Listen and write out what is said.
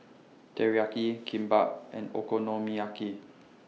Teriyaki Kimbap and Okonomiyaki